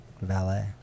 valet